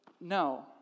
no